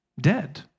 dead